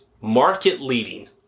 market-leading